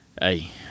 Hey